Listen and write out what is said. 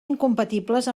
incompatibles